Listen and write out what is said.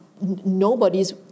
nobody's